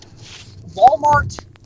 Walmart